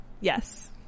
yes